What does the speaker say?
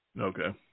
Okay